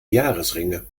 jahresringe